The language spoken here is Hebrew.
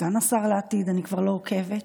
סגן השר לעתיד, אני כבר לא עוקבת.